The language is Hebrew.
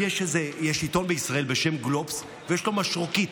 יש עיתון בישראל בשם "גלובס" ויש לו משרוקית,